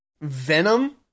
Venom